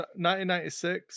1996